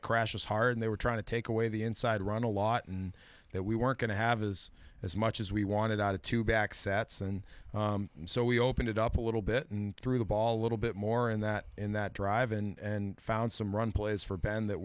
to crash hard and they were trying to take away the inside run a lot and that we weren't going to have is as much as we wanted out of two back sets and so we opened it up a little bit and threw the ball a little bit more in that in that drive and found some run plays for bend that